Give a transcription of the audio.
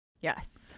Yes